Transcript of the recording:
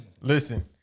Listen